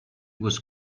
was